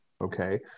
okay